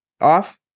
off